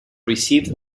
received